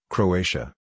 Croatia